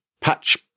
patch